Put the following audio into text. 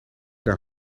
daar